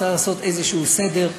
צריך לעשות איזשהו סדר.